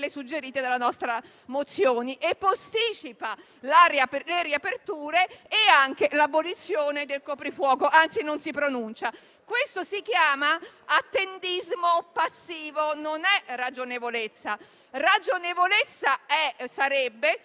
Posticipa le riaperture e anche l'abolizione del coprifuoco. Anzi, non si pronuncia. Questo si chiama attendismo passivo. Non è ragionevolezza. Ragionevolezza sarebbe